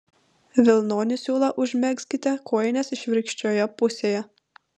vilnonį siūlą užmegzkite kojinės išvirkščioje pusėje